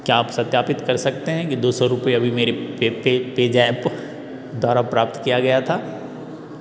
क्या आप सत्यापित कर सकते हैं कि दो सौ रुपये अभी मेरे पेज़ैप द्वारा प्राप्त किया गया था